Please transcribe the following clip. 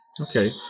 Okay